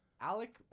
alec